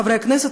חברי הכנסת,